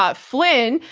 ah flynn,